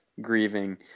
grieving